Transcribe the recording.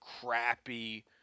crappy